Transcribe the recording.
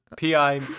PI